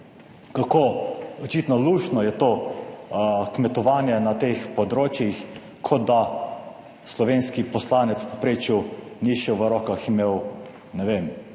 kako očitno luštno je to kmetovanje na teh področjih, kot da slovenski poslanec v povprečju ni šel, v rokah imel, ne vem,